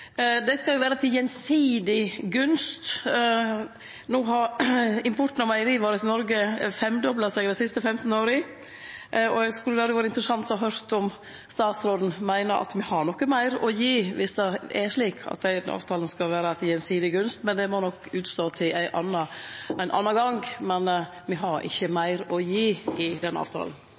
Det gjeld artikkel 19-forhandlingane. Det skal jo vere til gjensidig gunst. Importen av meierivarer til Noreg har femdobla seg dei siste 15 åra, og det hadde vore interessant å høyre om statsråden meiner at me har noko meir å gi, dersom det er slik at den avtalen skal vere til gjensidig gunst. Det må nok utstå til ein annan gong – men me har ikkje meir å gi i den avtalen.